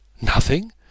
Nothing